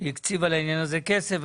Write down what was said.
הקציבה לעניין הזה כסף.